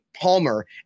Palmer